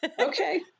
Okay